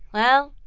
well,